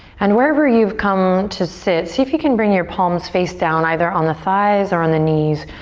and wherever you've come to sit, see if you can bring your palms face down either on the thighs or on the knees,